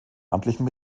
amtlichen